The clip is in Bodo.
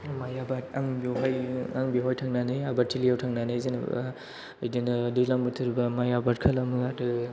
माइ आबाद आं बेवहाय थांनानै आबादथिलियाव थांनानै जेनेबा बिदिनो दैज्लां बोथोरबा माइ आबाद खालामो आरो